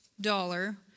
dollar